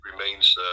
remains